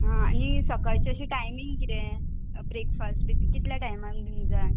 आं आनी सकाळची अशी टायमींग किरें ब्रेकफास्ट बी कितल्या टायमाक दिवंक जाय